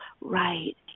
right